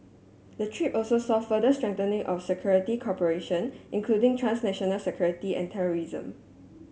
the trip also saw further strengthening of security cooperation including transnational security and terrorism